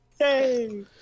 Yay